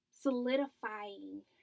solidifying